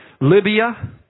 Libya